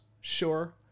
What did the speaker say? Sure